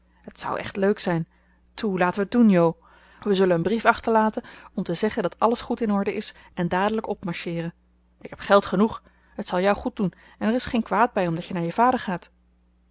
het zou echt leuk zijn toe laten we t doen jo wij zullen een brief achterlaten om te zeggen dat alles goed in orde is en dadelijk opmarcheeren ik heb geld genoeg het zal jou goed doen en er is geen kwaad bij omdat je naar je vader gaat